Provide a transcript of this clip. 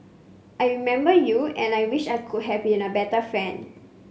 I remember you and I wish I could have been a better friend